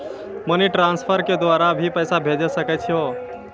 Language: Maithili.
मनी ट्रांसफर के द्वारा भी पैसा भेजै सकै छौ?